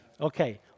Okay